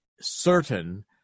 certain